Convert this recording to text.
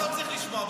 אותך לא צריך לשמוע.